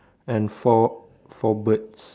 and four four birds